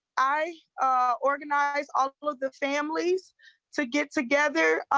i organize all of the families to get together.